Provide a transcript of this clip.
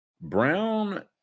brown